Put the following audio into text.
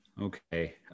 Okay